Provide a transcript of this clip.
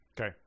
Okay